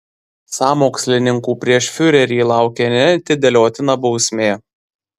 sąmokslininkų prieš fiurerį laukia neatidėliotina bausmė